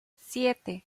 siete